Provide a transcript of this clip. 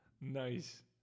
Nice